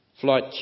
Flight